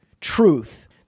truth